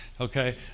Okay